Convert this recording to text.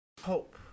hope